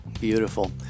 Beautiful